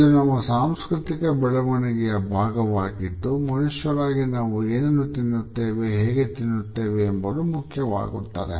ಇದು ನಮ್ಮ ಸಾಂಸ್ಕೃತಿಕ ಬೆಳವಣಿಗೆಯ ಭಾಗವಾಗಿದ್ದು ಮನುಷ್ಯರಾಗಿ ನಾವು ಏನನ್ನು ತಿನ್ನುತ್ತೇವೆ ಹೇಗೆ ತಿನ್ನುತ್ತೇವೆ ಎಂಬುದು ಮುಖ್ಯವಾಗುತ್ತದೆ